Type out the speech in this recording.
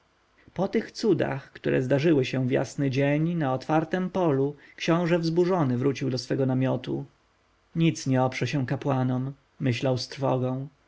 po tych cudach które zdarzyły się w jasny dzień na otwartem polu książę wzburzony wrócił do swego namiotu nic nie oprze się kapłanom myślał z trwogą